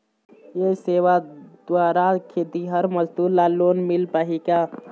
ये सेवा द्वारा खेतीहर मजदूर ला लोन मिल पाही का?